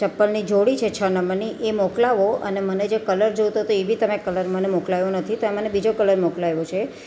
ચપ્પલની જોડી છે છ નંબરની એ મોકલાવો અને મને જે કલર જોઈતો તો એબી તમે કલર મને મોકલાયો નથી તમે મને બીજો કલર મોકલાવ્યો છે